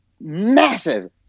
massive